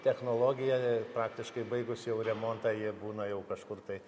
technologija praktiškai baigus jau remontą jie būna jau kažkur tai